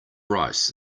rice